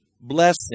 blessing